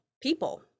people